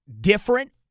different